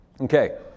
Okay